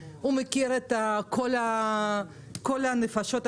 הוא מכיר את כול הנפשות הפועלות.